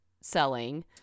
selling